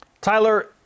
Tyler